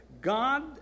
God